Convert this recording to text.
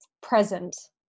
present